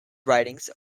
writings